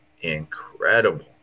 incredible